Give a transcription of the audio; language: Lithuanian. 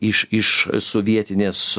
iš iš sovietinės